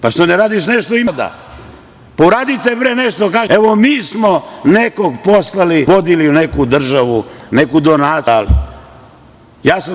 Pa, što ne radiš nešto u ime naroda, pa uradite bre nešto, kaži evo mi smo nekog poslali, vodili neku državu, neku donaciju smo dali.